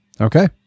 Okay